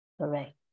Correct